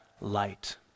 light